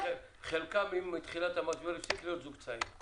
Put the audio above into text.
חלקם עם תחילת המשבר הפסיק להיות זוג צעיר.